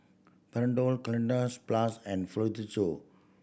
Panadol Cleanz Plus and